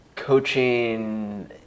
coaching